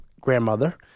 grandmother